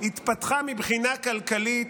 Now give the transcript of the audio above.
התפתחה מבחינה כלכלית,